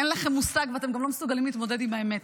אין לכם מושג ואתם גם לא מסוגלים להתמודד עם האמת,